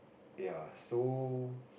ya so